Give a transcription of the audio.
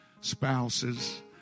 spouses